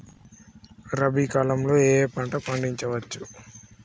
రబీ కాలంలో ఏ ఏ పంట పండించచ్చు?